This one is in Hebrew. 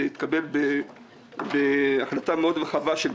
זה התקבל בהסכמה רחבה מאוד.